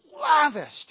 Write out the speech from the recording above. lavished